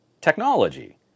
technology